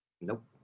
Nope